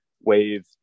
wave